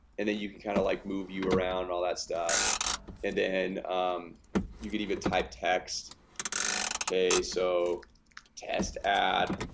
and then you can kind of like move you around all that stuff and then you could even type text okay, so test ad